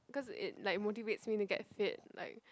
cause it like motivates me to get fit like